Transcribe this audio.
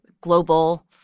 global